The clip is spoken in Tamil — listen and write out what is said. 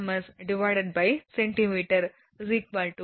85 G0 21